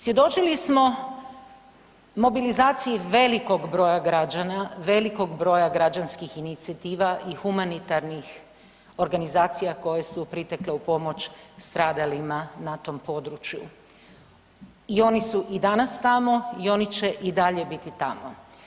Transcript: Svjedočili smo mobilizaciji velikog broja građana, velikog broja građanskih inicijativa i humanitarnih organizacija koje su pritekle u pomoć stradalima na tom području i oni su i danas tamo i oni će i dalje biti tamo.